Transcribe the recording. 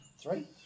three